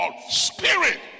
Spirit